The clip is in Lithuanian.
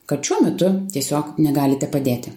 kad šiuo metu tiesiog negalite padėti